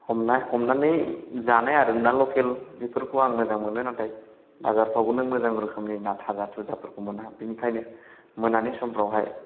हमनानै जानाय आरोना लकेल बिफोरखौ आं मोजां मोनो नाथाय बाजारफ्रावबो नों मोजां रोखोमनि ना थाजा थुजाफोरखौ मोना बिनिखायनो मोनानि समफ्रावहाय